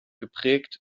geprägt